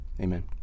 Amen